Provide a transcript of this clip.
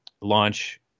launch